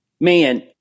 man